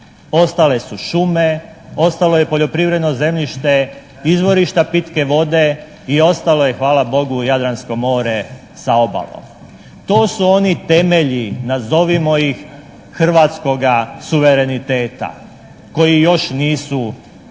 Ostale su šume, ostalo je poljoprivredno zemljište izvorišta pitke vode i ostalo je hvala Bogu Jadransko more sa obalom. To su oni temelji nazovimo ih hrvatskoga suvereniteta koji još nisu pokrnjeni